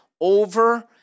over